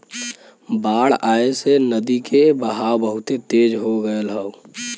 बाढ़ आये से नदी के बहाव बहुते तेज हो गयल हौ